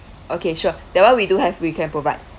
okay sure that one we do have we can provide